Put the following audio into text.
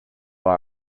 our